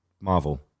Marvel